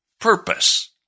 purpose